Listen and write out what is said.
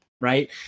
right